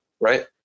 right